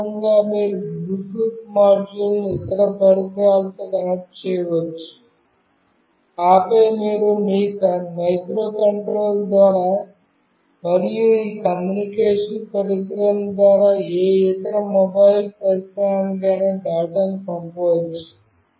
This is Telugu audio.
ఈ విధంగా మీరు బ్లూటూత్ మాడ్యూల్ను ఇతర పరికరాలతో కనెక్ట్ చేయవచ్చు ఆపై మీరు మీ మైక్రోకంట్రోలర్ ద్వారా మరియు ఈ కమ్యూనికేషన్ పరికరం ద్వారా ఏ ఇతర మొబైల్ పరికరానికైనా డేటాను పంపవచ్చు